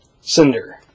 cinder